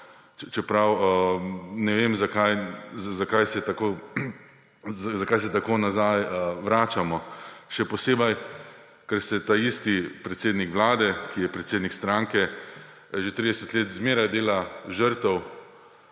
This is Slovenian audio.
čeprav ne vem, zakaj se tako nazaj vračamo, še posebej, ker se taisti predsednik Vlade, ki je predsednik stranke, že 30 let zmeraj dela žrtev